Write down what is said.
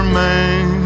man